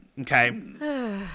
Okay